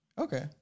Okay